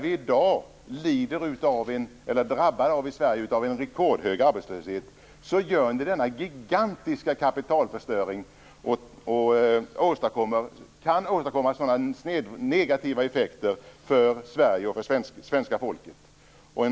I dag då Sverige är drabbat av en rekordhög arbetslöshet genomför ni denna gigantiska kapitalförstöring och kan åstadkomma sådana negativa effekter för Sverige och för svenska folket.